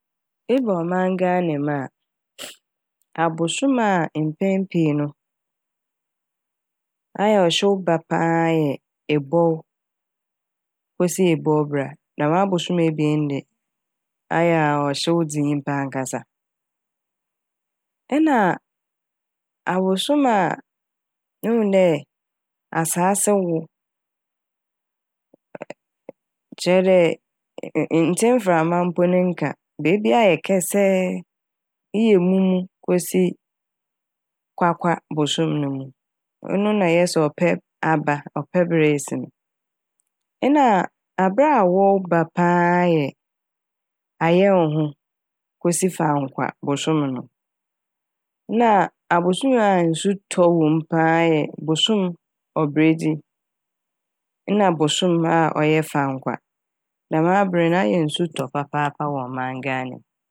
Eba ɔman Ghana mu a abosoom a mpɛn pii no ayɛ ɔhyew ba paa yɛ Ebɔw kosi Ebɔwbira dɛm abosoom ebien yi de ayɛ a ɔhyew dze nyimpa ankasa. Nna abosoom a ihu dɛ asaase wow kyerɛ dɛ e- e- nntse mframa mpo ne nka beebia ayɛ kɛsɛɛ eyɛ Mumu kosi Kwakwa bosoom no mu. Ɔno na yɛse ɔpɛ aba ɔpɛ ber esi no. Nna aber a awɔw ba paa yɛ Ayɛwoho kosi Fankwa bosoom no. Na a abosoom a nsu tɔ wɔ mu paa yɛ bosoom Obiradzi nna bosoom a ɔyɛ Fankwa dɛm aber no ayɛ nsu tɔ papaapa wɔ ɔman Ghana m'.